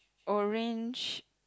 orange